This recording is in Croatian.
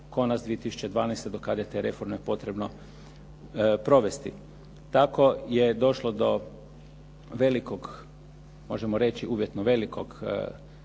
konac 2012. do kada je te reforme potrebno provesti. Tako je došlo do velikog, možemo reći, uvjetno velikog,